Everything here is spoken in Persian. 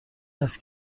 است